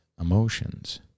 emotions